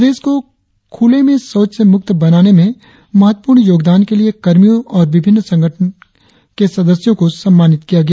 प्रदेश को खुल में शौच से मुक्त बनाने में महत्वपूर्ण योगदान के लिए कर्मियों और विभिन्न संगठनों के सदस्यों को सम्मानित किया गया